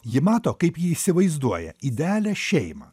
ji mato kaip ji įsivaizduoja idealią šeimą